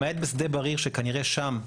למעט בשדה בריר שכנראה שם,